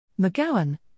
McGowan